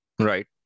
Right